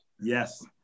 Yes